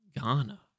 Ghana